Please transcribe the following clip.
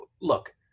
look